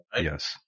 Yes